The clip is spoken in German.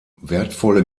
wertvolle